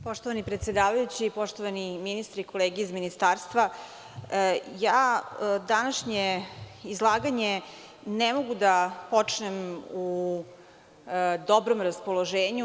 Poštovani predsedavajući, poštovani ministre i kolege iz Ministarstva, današnje izlaganje ne mogu da počnem u dobrom raspoloženju.